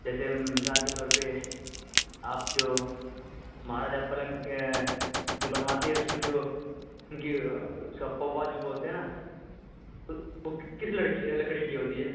جیسے مثال کے طور پہ آپ جو مہاراجا پلنگ کے جو بنواتے ہیں اس میں جو ان کی اس کو پوا جو بولتے ہیں نا وہ کس لڑکی لکڑی کی ہوتی ہے